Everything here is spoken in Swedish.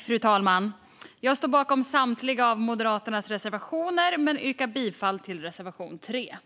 Fru talman! Jag står bakom samtliga av Moderaternas reservationer men yrkar bifall endast till reservation 3.